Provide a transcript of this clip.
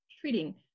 treating